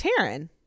Taryn